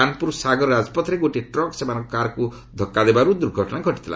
କାନପୁର ସାଗର ରାଜପଥରେ ଗୋଟିଏ ଟ୍ରକ ସେମାନଙ୍କ କାର୍କୁ ଧକ୍କା ଦେବାରୁ ଦୁର୍ଘଟଣା ଘଟିଥିଲା